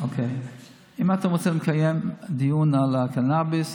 אם אתם רוצים לקיים דיון על הקנביס,